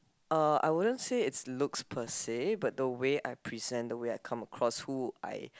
uh I wouldn't say it's looks per say but the way I present the way I come across who I